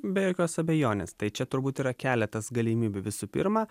be jokios abejonės tai čia turbūt yra keletas galimybių visų pirma